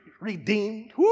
redeemed